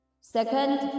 Second